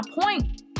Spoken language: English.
point